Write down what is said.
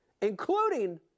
including